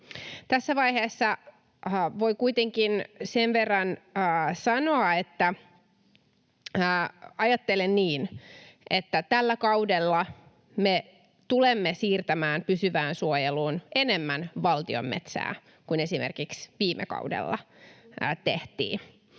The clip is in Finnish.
Tässä vaiheessa voi kuitenkin sen verran sanoa, että ajattelen niin, että tällä kaudella me tulemme siirtämään pysyvään suojeluun enemmän valtion metsää kuin esimerkiksi viime kaudella tehtiin.